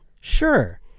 Sure